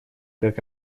как